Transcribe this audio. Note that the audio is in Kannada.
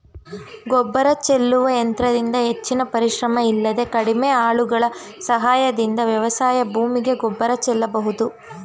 ಗೊಬ್ಬರ ಚೆಲ್ಲುವ ಯಂತ್ರದಿಂದ ಹೆಚ್ಚಿನ ಪರಿಶ್ರಮ ಇಲ್ಲದೆ ಕಡಿಮೆ ಆಳುಗಳ ಸಹಾಯದಿಂದ ವ್ಯವಸಾಯ ಭೂಮಿಗೆ ಗೊಬ್ಬರ ಚೆಲ್ಲಬೋದು